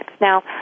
now